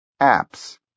Apps